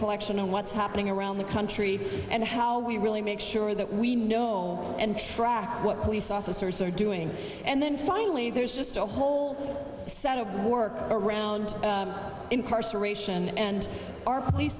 collection on what's happening around the country and how we really make sure that we know and track what police officers are doing and then finally there's just a whole set of work around incarceration and our police